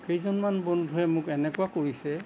কেইজনমান বন্ধুৱে মোক এনেকুৱা কৰিছে